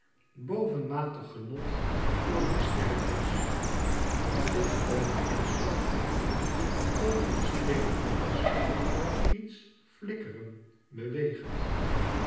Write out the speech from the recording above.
bovenmatig genot voor wie sterk was op dit oogenblik zag aldo over den steenen terrasvloer iets flikkeren bewegen